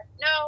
no